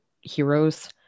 heroes